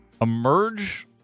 emerge